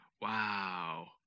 Wow